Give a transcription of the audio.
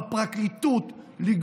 בפרקליטות, שאבד.